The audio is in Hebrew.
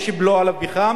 יש בלו על הפחם,